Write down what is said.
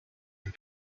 and